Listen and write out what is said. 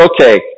okay